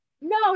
No